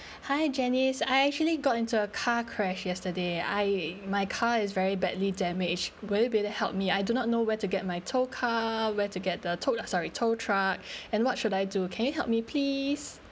hi janice I actually got into a car crash yesterday I eh my car is very badly damaged will you be able to help me I do not know where to get my toll car where to get the toll sorry toll truck and what should I do can you help me please